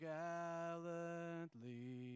gallantly